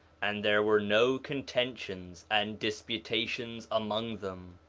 and there were no contentions and disputations among them,